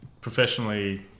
professionally